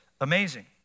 amazing